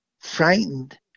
frightened